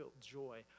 joy